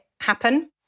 happen